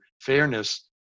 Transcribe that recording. fairness